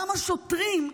גם השוטרים,